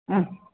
हा